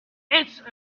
its